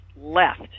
left